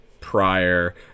prior